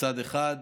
מצד אחד,